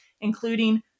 including